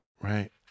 right